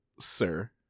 sir